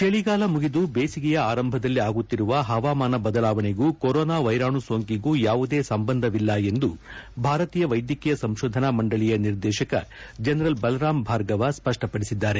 ಚಳಿಗಾಲ ಮುಗಿದು ಬೇಸಿಗೆಯ ಆರಂಭದಲ್ಲಿ ಆಗುತ್ತಿರುವ ಹವಾಮಾನ ಬದಲಾವಣೆಗೂ ಕೊರೋನಾ ವೈರಾಣು ಸೋಂಕಿಗೂ ಯಾವುದೇ ಸಂಬಂಧವಿಲ್ಲ ಎಂದು ಭಾರತೀಯ ವೈದ್ಯಕೀಯ ಸಂಶೋಧನಾ ಮಂಡಳಿಯ ನಿರ್ದೇಶಕ ಜನರಲ್ ಬಲರಾಮ್ ಭಾರ್ಗವ ಸ್ಪಷ್ಟಪಡಿಸಿದ್ದಾರೆ